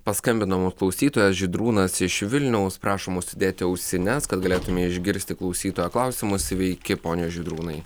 paskambino mum klausytojas žydrūnas iš vilniaus prašom užsidėti ausines kad galėtume išgirsti klausytojo klausimus sveiki pone žydrūnai